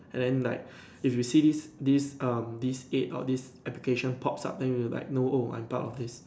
and then like if you see this this um this ads or this application pops up then you will like know oh I am part of this